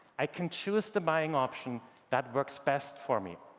i can choose the buying option that works best for me.